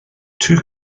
two